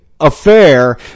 affair